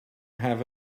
have